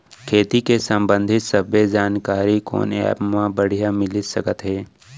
खेती के संबंधित सब्बे जानकारी कोन एप मा बढ़िया मिलिस सकत हे?